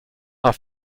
are